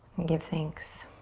give thanks.